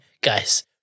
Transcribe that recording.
guys